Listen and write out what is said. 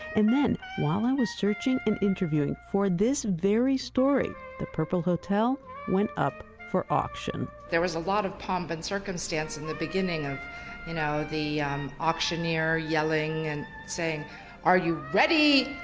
and then, while i was researching and interviewing for this very story, the purple hotel went up for auction there was a lot of pomp and circumstance in the beginning. you know the um auctioneer yelling and saying are you ready!